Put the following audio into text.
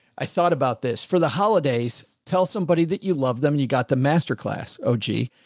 i thought about this for the holidays. tell somebody that you love them and you got the masterclass. oh gee.